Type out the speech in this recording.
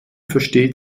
versteht